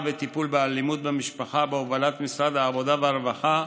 וטיפול באלימות במשפחה בהובלת משרד העבודה והרווחה,